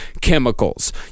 chemicals